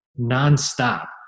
nonstop